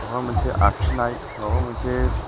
माबा मोनसे आखिनाय माबा मोनसे